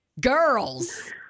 Girls